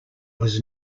was